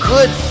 Good